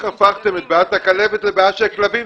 הפכתם את בעיית הכלבת לבעיה של כלבים?